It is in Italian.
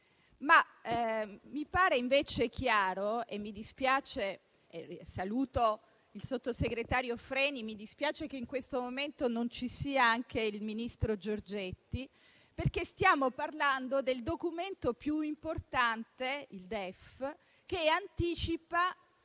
Freni e mi dispiace che in questo momento non ci sia anche il ministro Giorgetti, perché stiamo parlando del Documento più importante, il DEF, che anticipa